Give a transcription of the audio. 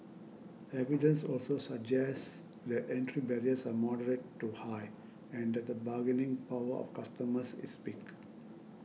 evidence also suggests that entry barriers are moderate to high and the bargaining power of customers is weak